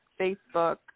Facebook